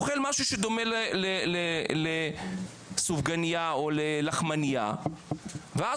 אוכל משהו שדומה לסופגנייה או ללחמנייה ואז